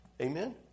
Amen